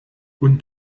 und